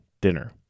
dinner